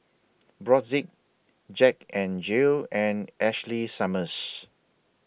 Brotzeit Jack N Jill and Ashley Summers